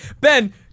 Ben